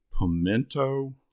pimento